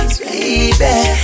baby